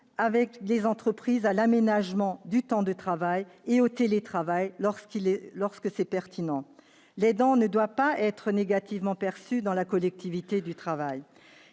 avec les entreprises, sur l'aménagement du temps de travail et le recours au télétravail lorsque c'est pertinent. L'aidant ne doit pas être perçu négativement dans la collectivité de travail.